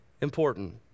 important